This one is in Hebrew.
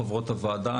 חברות הוועדה.